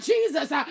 Jesus